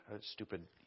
Stupid